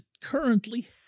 currently